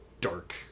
dark